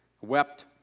wept